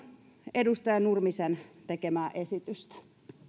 edustaja nurmisen tekemää esitystä